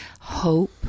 hope